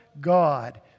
God